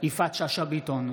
יפעת שאשא ביטון,